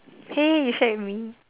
!hey! you shared with me